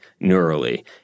neurally